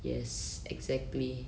yes exactly